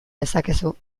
dezakezu